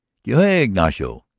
que hay, ignacio!